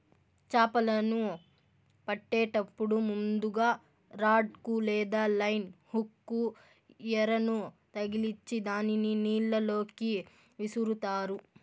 చాపలను పట్టేటప్పుడు ముందుగ రాడ్ కు లేదా లైన్ హుక్ కు ఎరను తగిలిచ్చి దానిని నీళ్ళ లోకి విసురుతారు